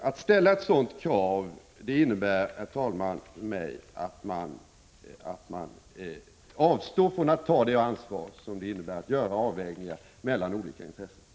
Att ställa ett sådant krav innebär för mig, herr talman, att man avstår från att ta det ansvar som det medför att göra avvägningar mellan olika intressen.